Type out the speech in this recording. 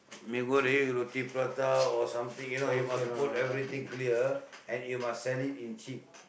mee-goreng roti-prata or something you know you must put everything clear and you must sell it in cheap